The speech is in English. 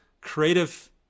creative